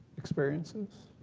experiences?